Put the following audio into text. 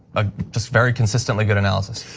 ah just very consistently good analysis.